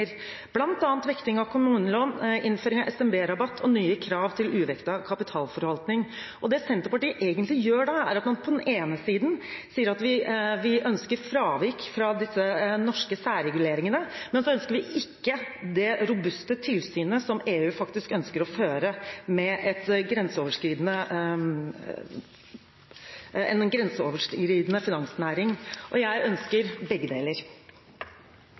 særreguleringer, bl.a. vekting av kommunelån, innføring av SMB-rabatt og nye krav til uvektet kapitalforvaltning. Det Senterpartiet egentlig gjør da, er at man på den ene siden sier at man ønsker fravik fra disse norske særreguleringene, men så ønsker man ikke det robuste tilsynet som EU faktisk ønsker å føre med en grenseoverskridende finansnæring. Jeg ønsker begge deler.